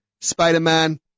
Spider-Man